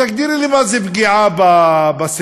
תגדירי לי, מה זו פגיעה בסמל?